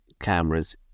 cameras